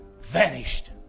vanished